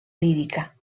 lírica